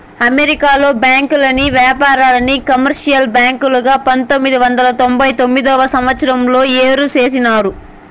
అమెరికాలో బ్యాంకుల్ని వ్యాపార, కమర్షియల్ బ్యాంకులుగా పంతొమ్మిది వందల తొంభై తొమ్మిదవ సంవచ్చరంలో ఏరు చేసినారు